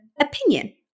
opinion